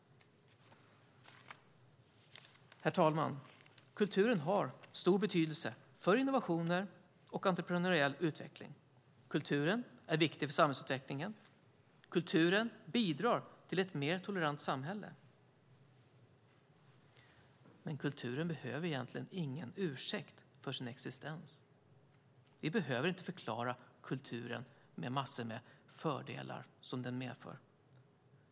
Herr talman! Kulturen har stor betydelse för innovationer och entreprenöriell utveckling. Kulturen är viktig för samhällsutvecklingen. Kulturen bidrar till ett mer tolerant samhälle. Men kulturen behöver egentligen ingen ursäkt för sin existens. Vi behöver inte förklara kulturen med massor med fördelar som den medför.